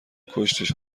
کشتیش